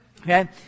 Okay